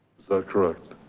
that correct?